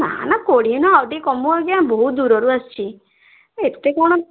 ନା ନା କୋଡ଼ିଏ ନୁହଁ ଆଉ ଟିକେ କମୁ ଆଜ୍ଞା ବହୁ ଦୂରରୁ ଆସିଛି ଏତେ କ'ଣ